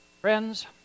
Friends